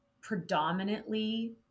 predominantly